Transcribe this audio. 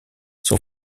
son